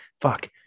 Fuck